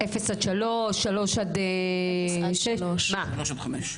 שלוש עד חמש.